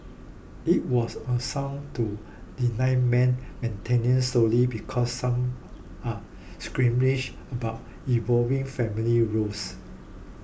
it was unsound to deny men maintenance solely because some are squeamish about evolving family roles